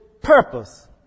purpose